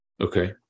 Okay